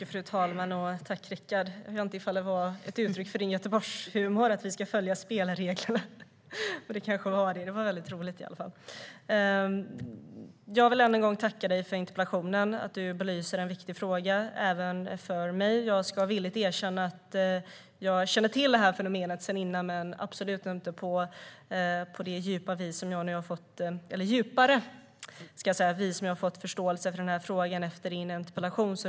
Fru talman! Tack, Rickard! Jag vet inte om det var ett uttryck för din Göteborgshumor att du talade om att följa spelreglerna. Det var i alla fall väldigt roligt. Jag vill än en gång tacka dig för interpellationen. Du belyser en viktig fråga. Den är viktig även för mig. Jag kände till det här fenomenet sedan tidigare, men jag ska villigt erkänna att det absolut inte var på det djupare vis som jag nu har fått förståelse för frågan efter din interpellation.